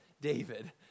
David